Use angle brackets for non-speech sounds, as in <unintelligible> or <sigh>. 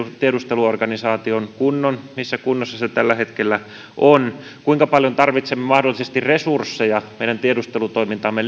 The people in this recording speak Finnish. tiedusteluorganisaatiomme kunnon missä kunnossa se tällä hetkellä on kuinka paljon tarvitsemme mahdollisesti lisää resursseja meidän tiedustelutoimintaamme <unintelligible>